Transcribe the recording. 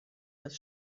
das